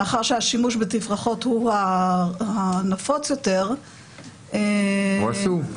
מאחר שהשימוש בתפרחות הוא הנפוץ יותר -- הוא אסור.